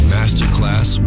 Masterclass